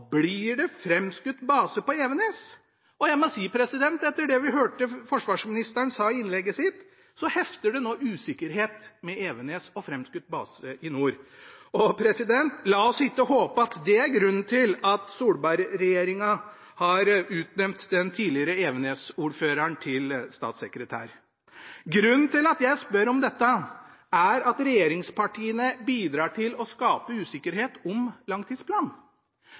blir det framskutt base på Evenes? Jeg må si etter det vi hørte forsvarsministeren si i innlegget sitt, hefter det nå usikkerhet ved Evenes og framskutt base i nord. La oss ikke håpe at det er grunnen til at Solberg-regjeringen har utnevnt den tidligere Evenes-ordføreren til statssekretær. Grunnen til at jeg spør om dette, er at regjeringspartiene bidrar til å skape usikkerhet om langtidsplanen.